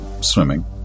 swimming